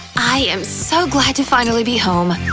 i am so glad to finally be home!